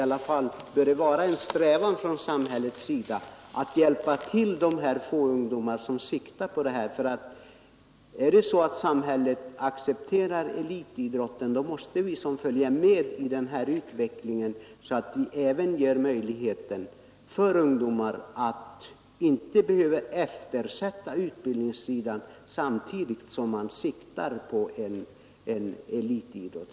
Om samhället accepterar elitidrotten, måste man även se till att ungdomar inte behöver eftersätta utbildningssidan därför att de går in för elitidrott. orsaken är att dessa ungdomar siktar på att nå en position inom elitidrotten; det gäller t.ex. de ungdomar från Norrbotten som går på